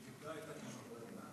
ששינתה את התקנות.